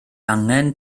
angen